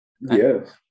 Yes